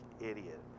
idiot